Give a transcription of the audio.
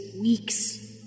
weeks